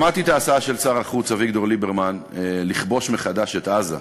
שמעתי את ההצעה של שר החוץ אביגדור ליברמן לכבוש מחדש את עזה,